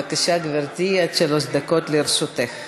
גפני, חבל שאתה הולך.